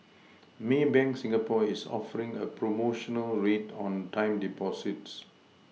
Maybank Singapore is offering a promotional rate on time Deposits